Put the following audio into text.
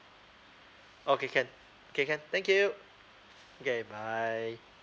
okay can okay can thank you okay bye